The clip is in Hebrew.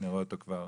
אז